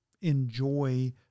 enjoy